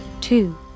two